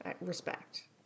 Respect